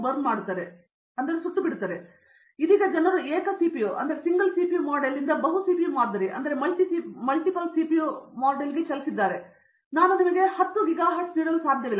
ಕಾಮಕೋಟಿ ಇದೀಗ ಜನರು ಏಕ ಸಿಪಿಯು ಮಾದರಿಯಿಂದ ಬಹು ಸಿಪಿಯು ಮಾದರಿಗೆ ಚಲಿಸಿದ್ದಾರೆ ಆದ್ದರಿಂದ ನಾನು ನಿಮಗೆ 10 ಗಿಗಾ ಹರ್ಟ್ಜ್ ನೀಡಲು ಸಾಧ್ಯವಿಲ್ಲ